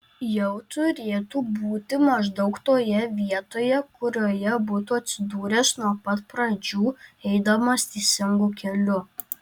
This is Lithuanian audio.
jau turėtų būti maždaug toje vietoje kurioje būtų atsidūręs nuo pat pradžių eidamas teisingu keliu